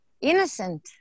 Innocent